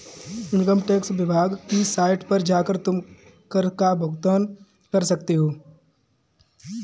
income tax विभाग की site पर जाकर तुम कर का भुगतान कर सकते हो